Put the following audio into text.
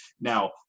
Now